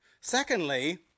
Secondly